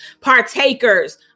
partakers